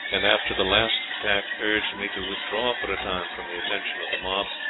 and after the last attack, urged me to withdraw for a time from the attention of the mob,